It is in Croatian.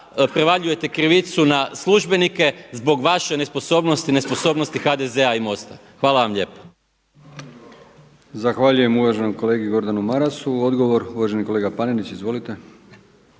prevaljujete krivicu na službenike zbog vaše nesposobnosti i nesposobnosti HDZ-a i MOST-a. Hvala vam lijepa.